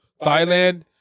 thailand